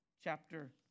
chapter